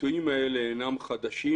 הביטויים האלה אינם חדשים.